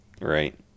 Right